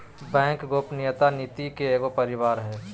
bank गोपनीयता नीति के एगो परिवार हइ